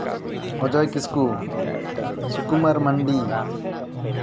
Ajoy Kisku Sukumar Mandi